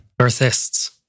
Earthists